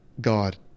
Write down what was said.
god